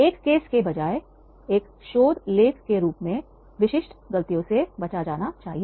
एक केस के बजाय एक शोध लेख के रूप में विशिष्ट गलतियों से बचा जाना चाहिए